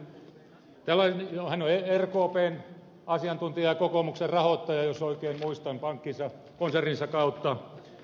joo hän on rkpn asiantuntija ja kokoomuksen rahoittaja jos oikein muistan pankkinsa konserninsa kautta